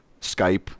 Skype